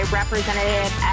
representative